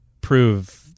prove